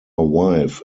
wife